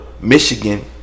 Michigan